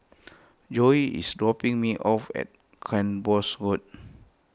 Joelle is dropping me off at Cranbornes Road